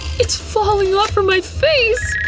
it's falling off of my face!